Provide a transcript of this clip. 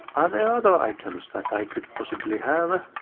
are there other items that i could possibly have?